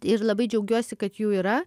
ir labai džiaugiuosi kad jų yra